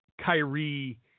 Kyrie